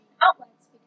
outlets